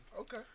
Okay